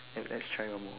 yep let's try one more